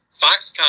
Foxconn